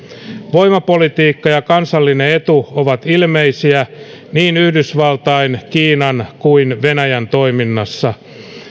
voimapolitiikka ja kansallinen etu ovat ilmeisiä niin yhdysvaltain kiinan kuin venäjän toiminnassa